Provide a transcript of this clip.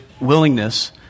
willingness